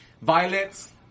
Violet's